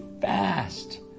fast